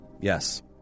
Yes